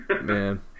Man